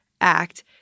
act